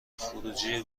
خروجی